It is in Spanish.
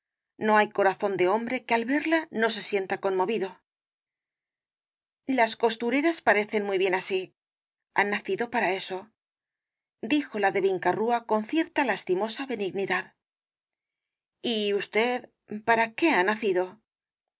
no hay corazón de hombre que al verla no se sienta conmovido las costureras parecen muy bien así han nacido para eso dijo la de vinca rúa con cierta lastimosa benignidad y usted para qué ha nacido